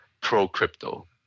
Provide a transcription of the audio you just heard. pro-crypto